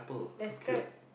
the skirt